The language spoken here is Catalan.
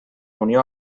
unió